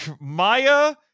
Maya